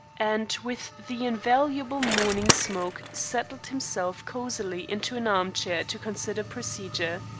and, with the invaluable morning smoke, settled himself cosily into an armchair to consider procedure.